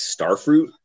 starfruit